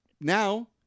now